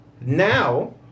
now